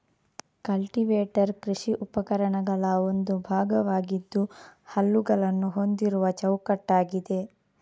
cultivator ಕೃಷಿ ಉಪಕರಣಗಳ ಒಂದು ಭಾಗವಾಗಿದ್ದು ಹಲ್ಲುಗಳನ್ನ ಹೊಂದಿರುವ ಚೌಕಟ್ಟಾಗಿದೆ